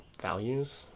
values